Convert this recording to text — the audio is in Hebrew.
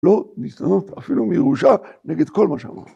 ‫לא ניתנות אפילו מירושה ‫נגד כל מה שהם אומרים.